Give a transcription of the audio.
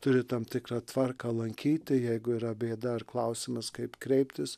turi tam tikrą tvarką lankyti jeigu yra bėda ar klausimas kaip kreiptis